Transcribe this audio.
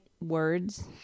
words